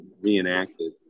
reenacted